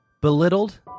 Belittled